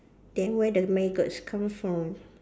then where the maggots come from